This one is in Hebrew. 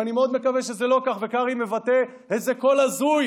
ואני מאוד מקווה שזה לא כך ושקרעי מבטא איזה קול הזוי